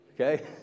okay